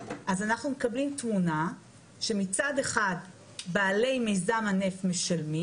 אז אנחנו מקבלים תמונה שמצד אחד בעלי מיזם הנפט משלמים